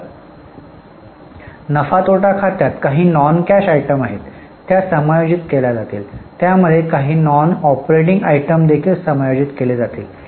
तर नफा तोटा खात्यात काही नॉन कॅश आयटम आहेत त्या समायोजित केल्या जातील त्यामध्ये काही नॉन ऑपरेटिंग आयटम देखील समायोजित केले जातील